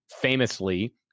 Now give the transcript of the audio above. Famously